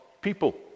people